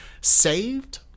saved